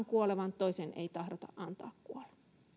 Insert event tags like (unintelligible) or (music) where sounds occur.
(unintelligible) kuolevan toisen ei tahdota antaa kuolla arvoisa